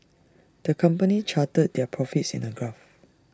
the company charted their profits in A graph